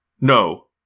No